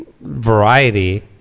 variety